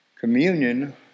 Communion